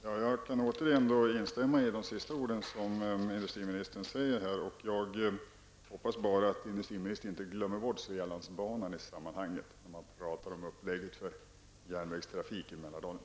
Fru talman! Jag kan återigen instämma i industriministerns senaste ord. Jag hoppas bara att industriministern inte glömmer bort Svealandsbanan när man talar om uppläggningen av järnvägstrafiken i Mälardalen.